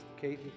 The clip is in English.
Katie